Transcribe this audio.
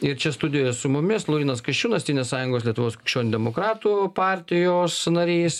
ir čia studijoje su mumis laurynas kasčiūnas tėvybės sąjungos lietuvos krikščionių demokratų partijos narys